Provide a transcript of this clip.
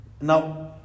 Now